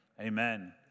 amen